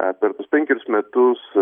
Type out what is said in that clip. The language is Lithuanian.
a per tuos penkerius metus